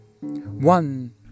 One